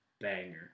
banger